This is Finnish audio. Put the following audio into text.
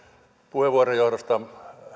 puheenvuoron johdosta